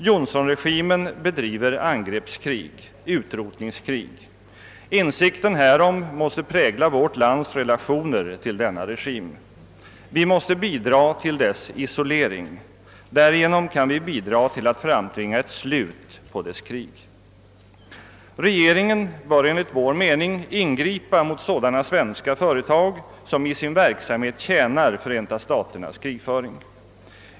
Johnsonregimen bedriver angreppskrig, utrotningskrig. Insikten härom måste prägla vårt lands relationer till denna regim. Vi måste bidra till dess isolering. Därigenom kan vi medverka till att framtvinga ett slut på dess krig. Regeringen bör enligt vår mening ingripa mot svenska företag som i sin verksamhet tjänar Förenta staternas krigföring.